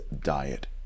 diet